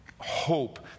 hope